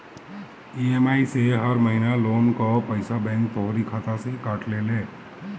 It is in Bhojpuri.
इ.एम.आई से हर महिना लोन कअ पईसा बैंक तोहरी खाता से काट लेले